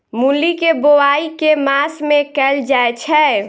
मूली केँ बोआई केँ मास मे कैल जाएँ छैय?